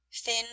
thin